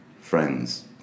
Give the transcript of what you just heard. friends